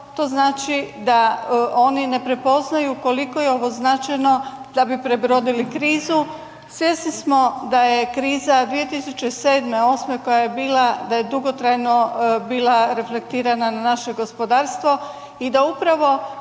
to znači da oni ne prepoznaju koliko je ovo značajno da bi prebrodili krizu. Svjesni smo da je kriza 2007., '08., koja je bila, da je dugotrajno bila reflektirana na naše gospodarstvo i da upravo